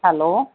hello